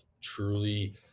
truly